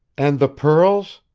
and the pearls?